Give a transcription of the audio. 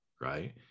right